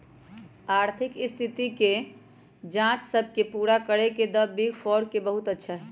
आर्थिक स्थिति के जांच सब के पूरा करे में द बिग फोर के बहुत अच्छा हई